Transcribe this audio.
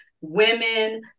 women